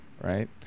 right